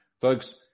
Folks